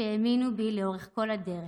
שהאמינו בי לאורך כל הדרך,